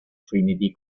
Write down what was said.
trinity